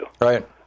Right